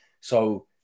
So-